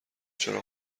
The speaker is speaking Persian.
چرا